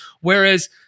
Whereas